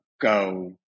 go